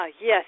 Yes